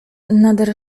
nader